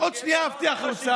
ועוד שנייה עפתי החוצה,